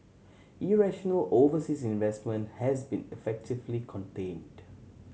irrational overseas investment has been effectively contained